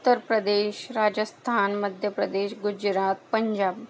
Uttar Pradesh Rajasthan Madhya Pradesh Gujarat Punjab